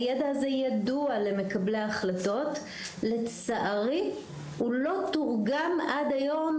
הידע הזה ידוע למקבלי ההחלטות ולצערי הוא לא תורגם עד היום